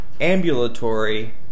ambulatory